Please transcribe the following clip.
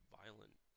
violent